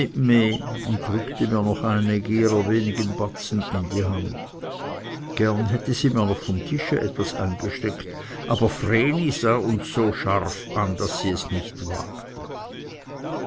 und drückte mir noch einige ihrer wenigen batzen in die hand gerne hätte sie mir noch vom tische etwas eingesteckt aber vreni sah uns so scharf zu daß sie es nicht wagte